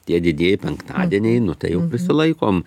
tie didieji penktadieniai nu tai jau prisilaikom